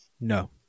No